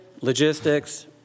logistics